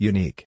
Unique